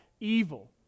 evil